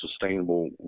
sustainable